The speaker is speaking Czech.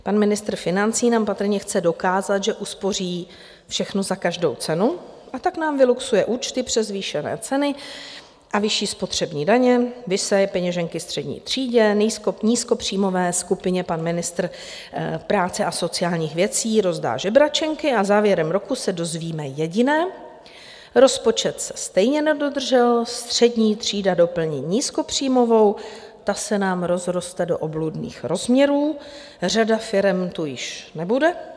Pan ministr financí nám patrně dokázat, že uspoří všechno za každou cenu, a tak nám vyluxuje účty přes zvýšené ceny a vyšší spotřební daně, vysaje peněženky střední třídě, nízkopříjmové skupině pan ministr práce a sociálních věcí rozdá žebračenky a závěrem roku se dozvíme jediné: rozpočet se stejně nedodržel, střední třída doplní nízkopříjmovou, ta se nám rozroste do obludných rozměrů, řada firem tu již nebude.